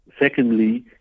secondly